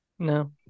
No